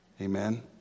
Amen